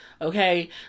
Okay